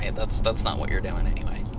and that's that's not what you're doing anyway.